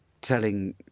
telling